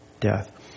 death